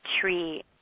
tree